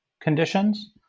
conditions